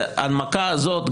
זה ההנמקה הזאת,